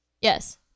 Yes